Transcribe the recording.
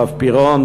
הרב פירון,